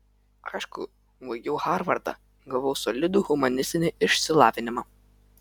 aišku baigiau harvardą gavau solidų humanistinį išsilavinimą